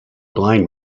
blind